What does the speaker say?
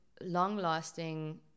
long-lasting